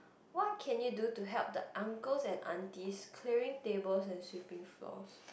what can you do to help the uncles and aunties clearing tables and sweeping floors